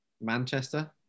Manchester